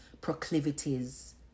proclivities